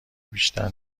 بیشتر